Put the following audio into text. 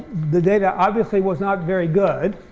the data obviously was not very good.